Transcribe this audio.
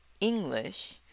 English